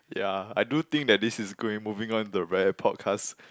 ya I do think that this is going moving on to the very podcast